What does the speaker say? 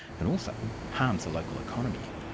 and also harms the local economy.